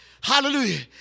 Hallelujah